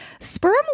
sperm